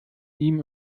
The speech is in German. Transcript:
ihm